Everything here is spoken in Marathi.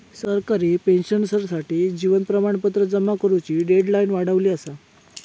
सरकारी पेंशनर्ससाठी जीवन प्रमाणपत्र जमा करुची डेडलाईन वाढवली असा